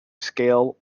scale